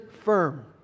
firm